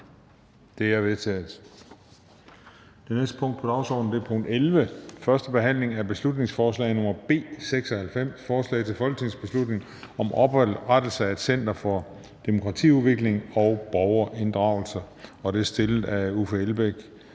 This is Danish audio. Det er vedtaget. --- Det næste punkt på dagsordenen er: 11) 1. behandling af beslutningsforslag nr. B 96: Forslag til folketingsbeslutning om oprettelse af et center for demokratiudvikling og borgerinddragelse. Af Uffe Elbæk